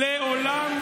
לעולם לא.